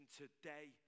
today